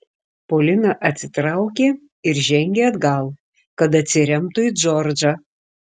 polina atsitraukė ir žengė atgal kad atsiremtų į džordžą